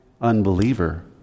unbeliever